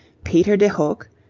peter de hoogh,